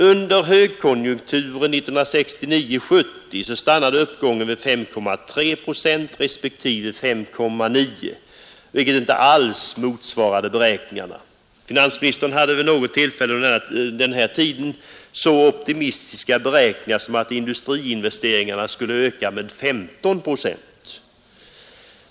Under högkonjunkturen 1969-1970 stannade uppgången vid 5,3 procent respektive 5,9, vilket inte alls motsvarade beräkningarna. Finansministern hade vid något tillfälle under denna tid så optimistiska beräkningar som att industriinvesteringarna skulle öka med 15 procent.